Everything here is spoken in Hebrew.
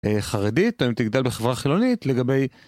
חרדית או אם תגדל בחברה חילונית לגבי